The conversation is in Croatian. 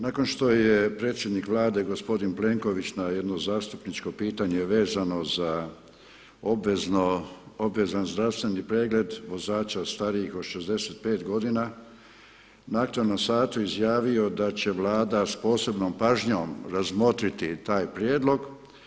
Nakon što je predsjednik Vlade gospodin Plenković na jedno zastupničko pitanje vezano za obvezan zdravstveni pregled vozača starijih od 65 godina … izjavio da će Vlada sa posebnom pažnjom razmotriti taj prijedlog.